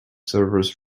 servers